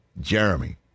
Jeremy